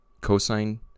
cosine